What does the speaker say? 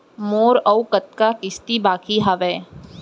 मोर अऊ कतका किसती बाकी हवय?